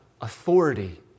authority